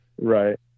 Right